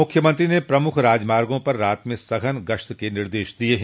मुख्यमंत्री ने प्रमुख राजमार्गो पर रात में सघन गश्त के निर्देश दिये हैं